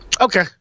Okay